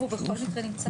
הוא בכל מקרה נמצא בשילוב.